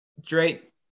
drake